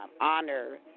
honor